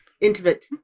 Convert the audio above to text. intimate